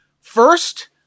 First